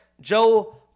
Joe